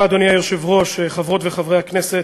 אדוני היושב-ראש, תודה, חברות וחברי הכנסת,